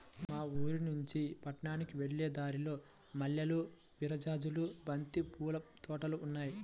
మా ఊరినుంచి పట్నానికి వెళ్ళే దారిలో మల్లెలు, విరజాజులు, బంతి పూల తోటలు ఉన్నాయ్